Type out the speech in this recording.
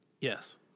Yes